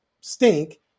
stink